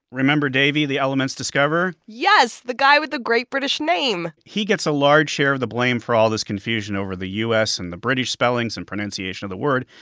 remember davy, the element's discoverer? yes. the guy with the great british name he gets a large share of the blame for all this confusion over the u s. and the british spellings and pronunciation of the word.